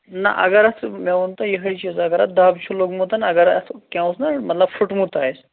نہَ اَگر اَتھ مےٚ ووٚن تۄہہِ یِہےَ چیٖز اَگر اَتھ دَب چھُ لوٚگمُت اَگر اَتھ کیٚنٛہہ اوس نا مطلب پھُٹمُت آسہِ